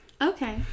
Okay